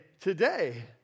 Today